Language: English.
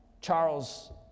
Charles